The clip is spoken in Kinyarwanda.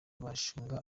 bashunga